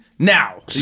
Now